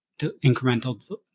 incremental